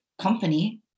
company